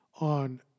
on